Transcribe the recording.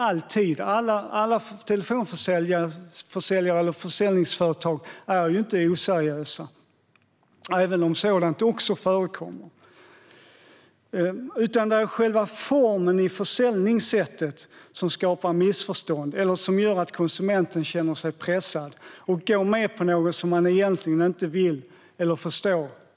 Alla telefonförsäljningsföretag är ju inte oseriösa, även om sådant förekommer. Men det är själva formen i försäljningssättet som skapar missförstånd eller gör att konsumenten känner sig pressad och går med på något som man egentligen inte vill eller förstår.